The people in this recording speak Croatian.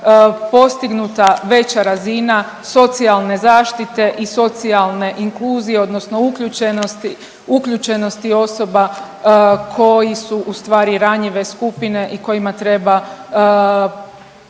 postignuta veća razina socijalne zaštite i socijalne inkluzije odnosno uključenosti, uključenosti osoba koji su ustvari ranjive skupine i kojima treba